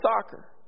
soccer